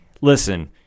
Listen